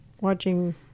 watching